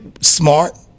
smart